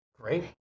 Great